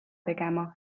tegema